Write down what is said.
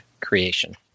Creation